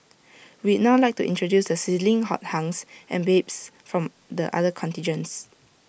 we'd now like to introduce the sizzling hot hunks and babes from the other contingents